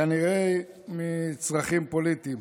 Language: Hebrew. כנראה מצרכים פוליטיים